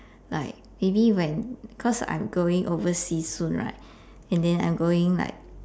like maybe when cause I'm going overseas soon right and then I'm going like